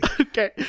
Okay